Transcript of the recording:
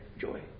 joy